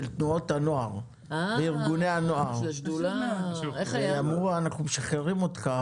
תנועות הנוער והם אמרו "אנחנו משחררים אותך,